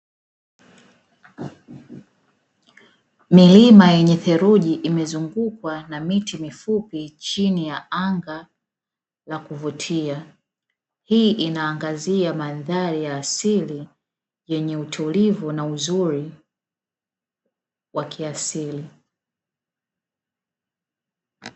Milima yenye theluji imezumgukwa na miti mifupi chini ya anga la kuvutia. Hii inaangazia mandhari ya asili yenye utulivu na uzuri wa kiasili.